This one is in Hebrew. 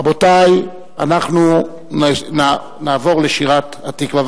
רבותי, אנחנו נעבור לשירת "התקווה".